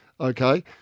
okay